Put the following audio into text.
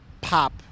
pop